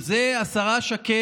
זה, השרה שקד,